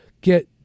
get